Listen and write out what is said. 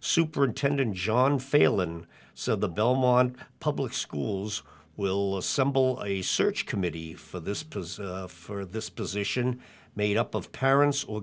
superintendent john failon so the belmont public schools will assemble a search committee for this poses for this position made up of parents or